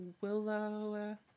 Willow